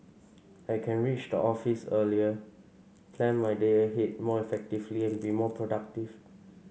I can reach the office earlier plan my day ahead more effectively and be more productive